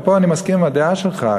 ופה אני מסכים עם הדעה שלך,